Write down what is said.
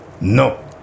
No